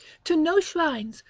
to no shrines,